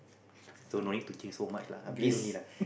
so no need to change so much lah a bit only lah